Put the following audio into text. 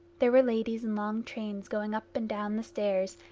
there were ladies in long trains going up and down the stairs,